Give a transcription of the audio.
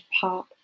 pop